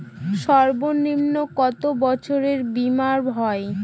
সর্বনিম্ন কত বছরের বীমার হয়?